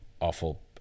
awful